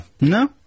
No